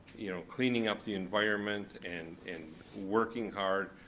you know, cleaning up the environment and and working hard.